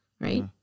right